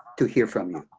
to hear from you.